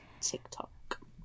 TikTok